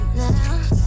now